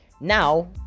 Now